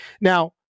Now